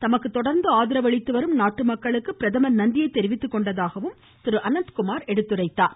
தமக்கு தொடர்ந்து ஆதரவு அளித்து வரும் நாட்டு மக்களுக்கு பிரதமர் நன்றியையும் தெரிவித்துக்கொண்டதாகவும் அவர் எடுத்துரைத்தார்